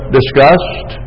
discussed